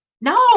No